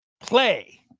play